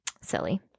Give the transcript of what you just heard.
silly